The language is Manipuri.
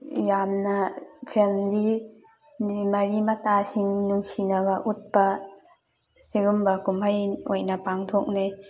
ꯌꯥꯝꯅ ꯐꯦꯝꯂꯤ ꯑꯗꯩ ꯃꯔꯤ ꯃꯇꯥꯁꯤꯡ ꯅꯨꯡꯁꯤꯅꯕ ꯎꯠꯄ ꯁꯤꯒꯨꯝꯕ ꯀꯨꯝꯍꯩ ꯑꯣꯏꯅ ꯄꯥꯡꯊꯣꯛꯅꯩ